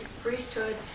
priesthood